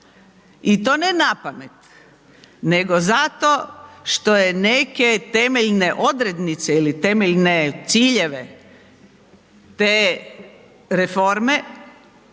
i to ne napamet, nego zato što je neke temeljne odrednice ili temeljne ciljeve te reforme